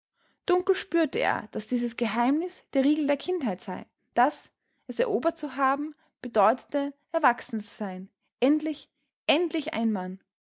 dunkel spürte er daß dieses geheimnis der riegel der kindheit sei daß es erobert zu haben bedeutete erwachsen zu sein endlich endlich ein mann